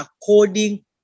according